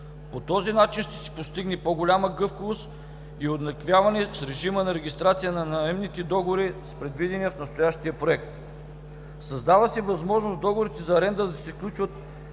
По този начин ще се постигне по-голяма гъвкавост и уеднаквяване на режима на регистрация на наемните договори с предвидения в настоящия Проект. Създава се възможност договорите за аренда да се сключват